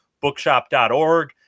bookshop.org